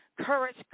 courage